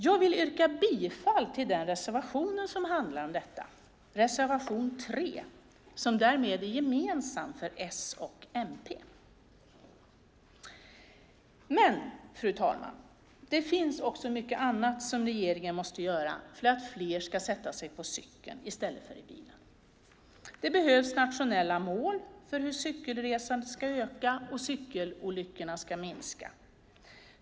Jag yrkar bifall till den reservation som handlar om detta, nämligen reservation 3. Den är gemensam för S och MP. Men, fru talman, det finns mycket annat som regeringen måste göra för att fler ska sätta sig på cykeln i stället för i bilen. Det behövs nationella mål för hur cykelresandet ska öka och cykelolyckorna minska.